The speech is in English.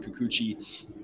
Kikuchi